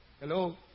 Hello